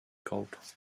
gold